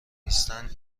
نیستند